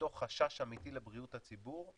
זה פשוט מתוך חשש אמיתי לבריאות הציבור.